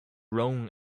roan